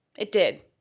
it did.